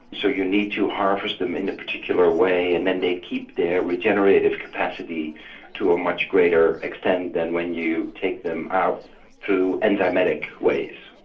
so you need to harvest them in a particular way and then they keep their generating capacity to a much greater extent than when you take them out through endometic ways.